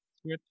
switch